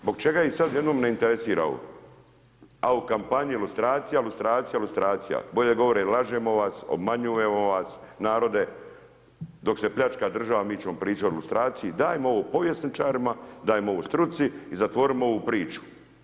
Zbog čega ih sada odjednom ne interesira ovo a u kampanji lustracija, lustracija, lustracija, bolje da govore lažemo vas, obmanjujemo vas narode, dok se pljačka država mi ćemo pričati o lustraciji, dajmo ovo povjesničarima, dajmo ovo struci i zatvorimo ovu priču.